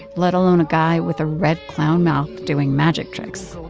let alone a guy with a red clown mouth doing magic tricks.